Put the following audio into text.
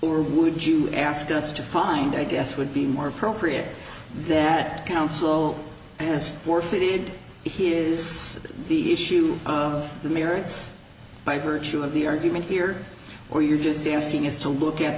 or would you ask us to find i guess would be more appropriate that counsel has forfeited here is the issue of the merits by virtue of the argument here or you're just asking us to look at